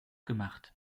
gemacht